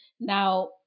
Now